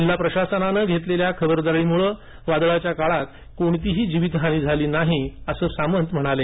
जिल्हा प्रशासनाने घेतलेल्या खबरदारीमुळे वादळाच्या काळात कोणतीही जीवितहानी झाली नाही असंही सामंत यांनी सांगितलं